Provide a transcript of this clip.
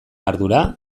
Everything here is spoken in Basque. ardura